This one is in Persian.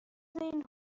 این